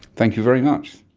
thank you very much.